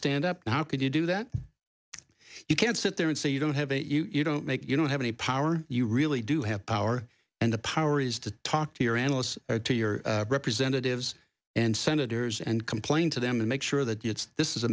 stand up how could you do that you can't sit there and say you don't have it you don't make you don't have any power you really do have power and the power is to talk to your analysts or to your representatives and senators and complain to them and make sure that it's this is a